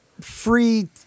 free